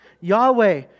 Yahweh